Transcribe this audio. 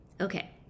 okay